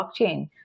blockchain